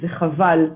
זה חבל.